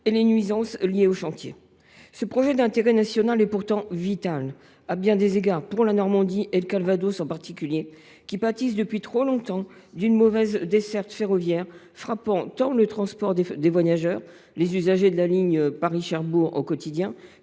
et les nuisances liées au chantier. Ce projet d’intérêt national est pourtant vital à bien des égards pour la Normandie, en particulier pour le Calvados. Tous deux pâtissent en effet depuis trop longtemps d’une mauvaise desserte ferroviaire frappant le transport tant de voyageurs – les usagers de la ligne Paris Cherbourg au quotidien